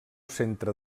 centre